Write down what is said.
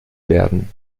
werden